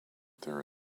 there